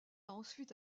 ensuite